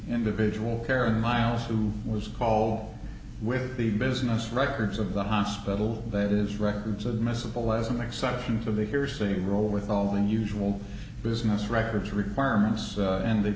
individual karen miles who was call with the business records of the hospital that is records admissible as an exception to the hearsay rule with all the unusual business records requirements and th